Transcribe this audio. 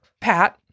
Pat